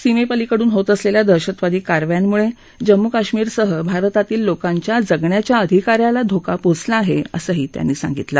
सीमप्रिमीकडून होत असलस्वा दहशतवादी काखायानंमुळ जम्मू काश्मीरसह भारतातील लोकांच्या जगण्याच्या अधिकाऱ्यांला धोका पोचला आहा असंही त्यांनी सांगितलं